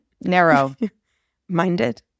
narrow-minded